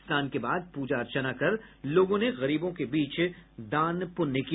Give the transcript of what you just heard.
स्नान के बाद प्रजा अर्चना कर लोगों ने गरीबों के बीच दान पुण्य किया